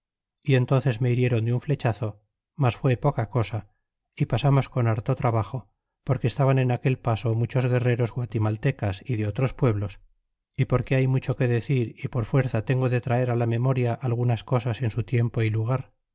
y entónces me hirieron de un flechazo mas fué poca cosa y pasamos con harto trabajo porque estaban en el paso muchos guerreros guatimaltecas y de otros pueblos y porque hay mucho que decir y por fuerza tengo de traer á la memoria algunas cosas en su tiempo y lugar